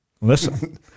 listen